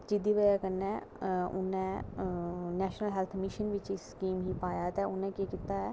जेह्दी बजह कन्नै इन्ने नेशनल हेल्थ मिशन गी स्कीम च पाया ते उन्ने केह् कीता ऐ